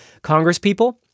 congresspeople